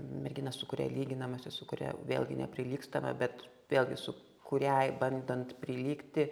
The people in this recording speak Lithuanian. merginą su kuria lyginamasi su kuria vėlgi neprilygstama bet vėlgi su kuriai bandant prilygti